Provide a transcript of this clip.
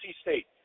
State